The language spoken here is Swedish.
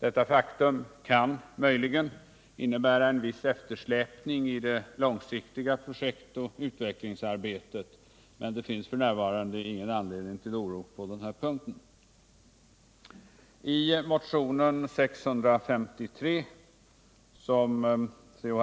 Detta faktum kan möjligen innebära en viss eftersläpning i det långsiktiga projektoch utvecklingsarbetet, men det finns f.n. inte någon anledning till oro på den punkten. I motionen 653, som C.-H.